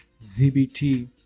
ZBT